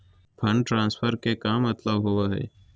Fund transfer के का मतलब होव हई?